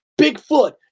Bigfoot